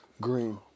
Green